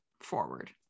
forward